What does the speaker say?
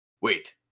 wait